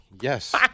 Yes